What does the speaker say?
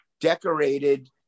decorated